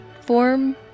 form